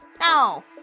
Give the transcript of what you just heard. No